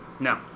No